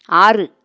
ஆறு